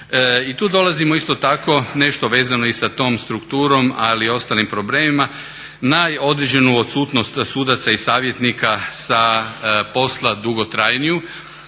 I tu dolazimo isto tako nešto vezano i sa tom strukturom, ali i ostalim predmetima, na određenu odsutnost sudaca i savjetnika sa posla dugotrajniju.